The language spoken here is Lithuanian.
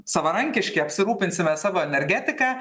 savarankiški apsirūpinsime savo energetika